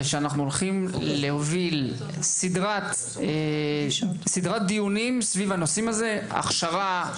ושאנחנו הולכים להוביל סדרת דיונים סביב הנושאים האלה הכשרה,